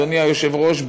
אדוני היושב-ראש,